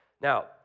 Now